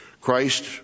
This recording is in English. Christ